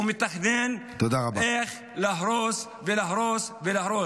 -- הוא מתכנן איך להרוס ולהרוס ולהרוס.